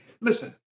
listen